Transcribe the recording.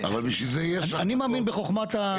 אני מאמין בחוכמת הציבור.